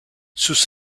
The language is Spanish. sus